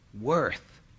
worth